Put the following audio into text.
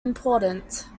important